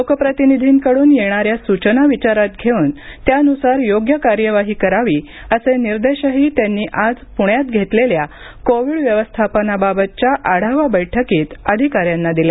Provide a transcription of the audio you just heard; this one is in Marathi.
लोकप्रतिनिधींकडून येणाऱ्या सूचना विचारात घेऊन त्यानुसार योग्य कार्यवाही करावी असे निर्देशही त्यांनी आज पुण्यात घेतलेल्या कोविड व्यवस्थापनाबाबतच्या आढावा बैठकीत अधिकाऱ्यांना दिले